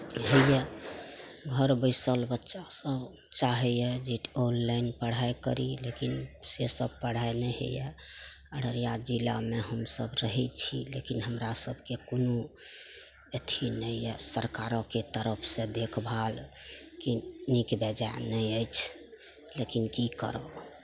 होइए घर बैसल बच्चासभ चाहैए जे ऑनलाइन पढ़ाइ करी लेकिन सेसभ पढ़ाइ नहि होइए अररिया जिलामे हमसभ रहै छी लेकिन हमरा सभकेँ कोनो अथी नहि यए सरकारोके तरफसँ देखभाल कि नीक बेजाए नहि अछि लेकिन की करब